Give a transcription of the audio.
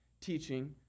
teaching